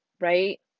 right